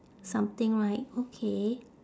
something right okay